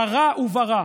ברע וברע.